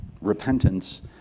Repentance